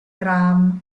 graham